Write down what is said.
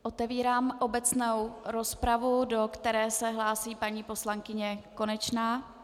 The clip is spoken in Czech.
Otevírám obecnou rozpravu, do které se hlásí paní poslankyně Konečná.